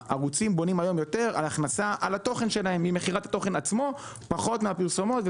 הערוצים בונים היום יותר על הכנסה ממכירת התוכן עצמו ופחות מפרסומות.